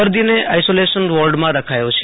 દર્દીને આઈસોલેશન વોર્ડમાં રખાયો છે